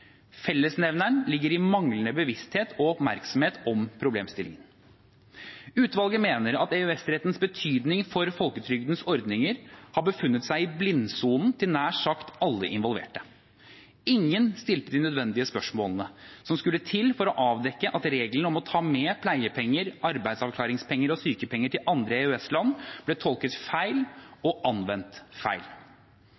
Fellesnevneren ligger i manglende bevissthet og oppmerksomhet om problemstillingen. Utvalget mener at EØS-rettens betydning for folketrygdens ordninger har befunnet seg i blindsonen til nær sagt alle involverte. Ingen stilte de nødvendige spørsmålene som skulle til for å avdekke at reglene om å ta med pleiepenger, arbeidsavklaringspenger og sykepenger til andre EØS-land ble tolket feil